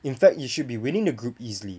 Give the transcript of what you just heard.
in fact you should be winning the group easily